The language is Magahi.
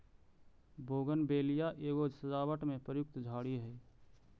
बोगनवेलिया एगो सजावट में प्रयुक्त झाड़ी हई